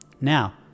Now